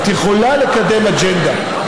את יכולה לקדם אג'נדה,